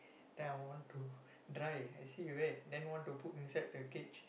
then I want to dry actually wet then want to put inside the cage